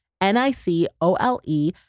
N-I-C-O-L-E